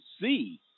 see